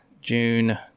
June